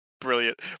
brilliant